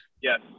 Yes